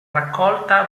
raccolta